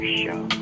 show